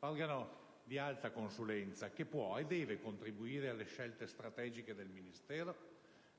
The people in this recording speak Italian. organo di alta consulenza che può e deve contribuire alle scelte strategiche del Ministero,